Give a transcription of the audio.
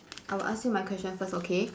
I will ask you my question first okay